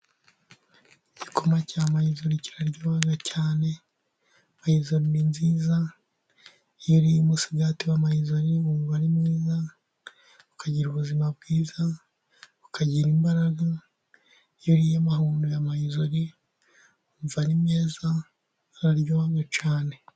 Igikoma cya mayizori kiraryoha cyane, mayizori ni nziza iyo uriye umusigati wa mayizori wumva ari mwiza, ukagira ubuzima bwiza ukagira imbaraga, iyo uriye amahundo ya mayizori wumva ari meza araryoha cyane.